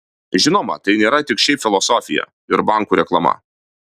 žinoma tai nėra tik šiaip filosofija ir bankų reklama